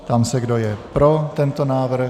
Ptám se, kdo je pro tento návrh.